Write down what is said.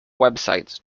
websites